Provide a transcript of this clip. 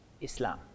Islam